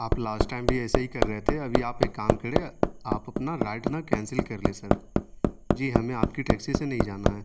آپ last time بھی ایسے ہی کر رہے تھے ابھی آپ ایک کام کرے آپ اپنا رائڈ نا کینسل کر لیں سر جی ہمیں آپ کی ٹیکسی سے نہیں جانا ہے